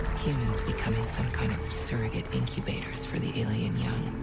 humans becoming some kind of surrogate incubators for the alien young.